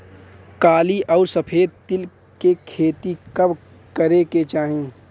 काली अउर सफेद तिल के खेती कब करे के चाही?